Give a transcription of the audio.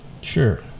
Sure